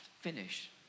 finish